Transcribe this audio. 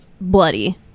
bloody